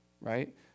right